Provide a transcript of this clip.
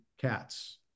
cats